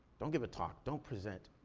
don't give a talk, don't present.